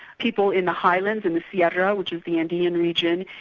people in the highlands in the sierra, which is the andean region,